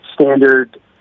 standard